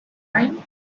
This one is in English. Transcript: time